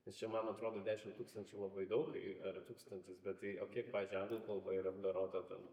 nes čia man atrodo dešim tūkstančių labai daug ar tūkstantis bet tai o kiek pavyzdžiui anglų kalboj yra apdorota ten